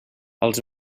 els